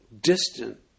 distant